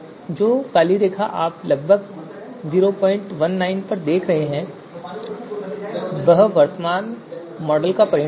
जो काली रेखा आप लगभग 019 देख रहे हैं वह वर्तमान मॉडल परिणाम है